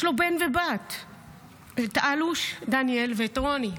יש לו בן ובת אלוש, דניאל, ואת רוני.